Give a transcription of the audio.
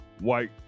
white